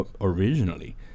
originally